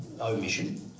omission